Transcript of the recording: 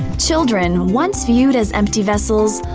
children, once viewed as empty vessels,